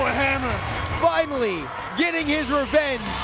hammerstone finally getting his revenge